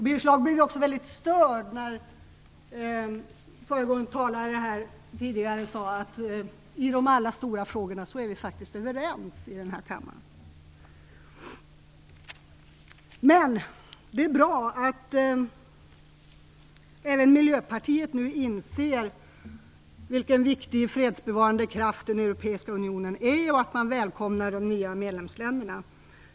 Birger Schlaug blev också väldigt störd när föregående talare sade att vi i alla de stora frågorna är överens i kammaren. Det är bra att även Miljöpartiet nu inser vilken viktig fredsbevarande kraft den europeiska unionen är och att man välkomnar de nya medlemsländerna.